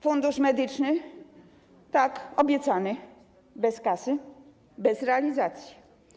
Fundusz Medyczny - tak, obiecany, bez kasy, bez realizacji.